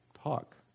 talk